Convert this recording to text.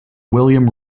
william